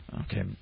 Okay